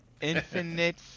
Infinite